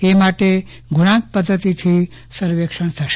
એ માટે ગુણાંક પઘ્ધતિથી સર્વેક્ષણ થશે